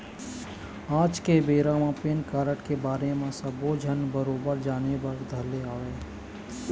आज के बेरा म पेन कारड के बारे म सब्बो झन बरोबर जाने बर धर ले हवय